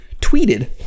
tweeted